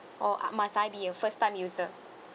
or I must I be a first time user